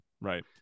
Right